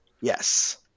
Yes